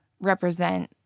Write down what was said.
represent